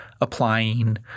applying